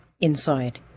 inside